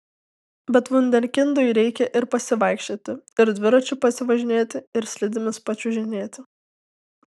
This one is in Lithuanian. bet vunderkindui reikia ir pasivaikščioti ir dviračiu pasivažinėti ir slidėmis pačiuožinėti